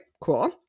cool